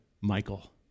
Michael